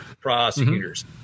prosecutors